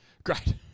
Great